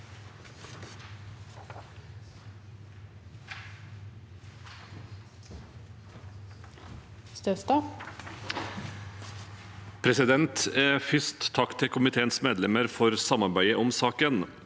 for saken): Først takk til komiteens medlemmer for samarbeidet om saken.